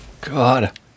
God